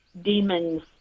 demons